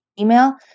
email